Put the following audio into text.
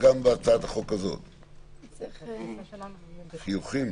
ב-V.C התרחב להמון מדינות באירופה.